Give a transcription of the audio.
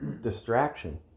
distraction